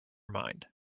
mind